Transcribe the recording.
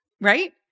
Right